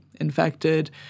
infected